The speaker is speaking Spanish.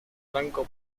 blanco